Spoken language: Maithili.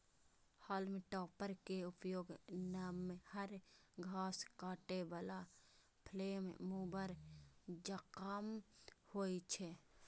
हाल्म टॉपर के उपयोग नमहर घास काटै बला फ्लेम मूवर जकां होइ छै